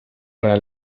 para